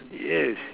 yes